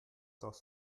das